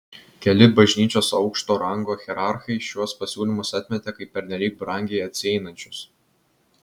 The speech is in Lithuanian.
keli bažnyčios aukšto rango hierarchai šiuos pasiūlymus atmetė kaip pernelyg brangiai atsieinančius